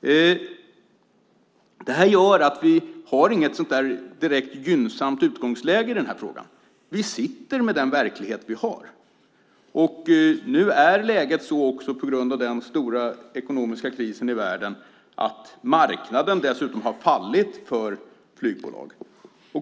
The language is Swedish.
Det gör att vi inte har något direkt gynnsamt utgångsläge i frågan. Vi har den verklighet vi har. Nu är läget på grund av den stora ekonomiska krisen i världen sådant att marknaden dessutom har fallit för flygbolagen.